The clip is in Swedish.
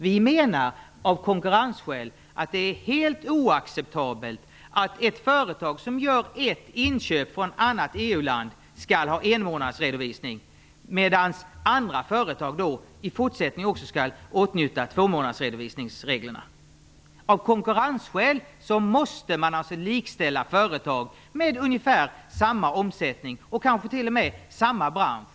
Vi anser att det av konkurrensskäl är helt oacceptabelt att ett företag som gör ett inköp från ett annat EU-land skall tillämpa enmånadsredovisning medan andra företag också i fortsättningen skall åtnjuta tvåmånadersredovisningsreglerna. Av konkurrensskäl måste man likställa företag med ungefär samma omsättning och som är i samma bransch.